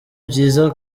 byiza